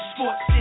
Sports